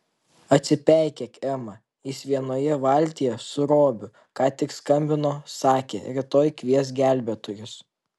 atsipeikėk ema jis vienoje valtyje su robiu ką tik skambino sakė rytoj kvies gelbėtojus